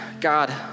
God